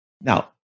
Now